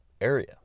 area